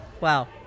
wow